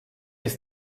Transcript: ist